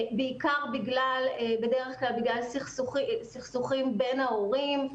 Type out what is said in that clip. בדרך כלל בגלל סכסוכים בין ההורים,